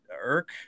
irk